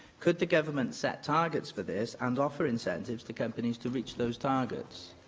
could the government set targets for this and offer incentives to companies to reach those targets?